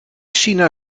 china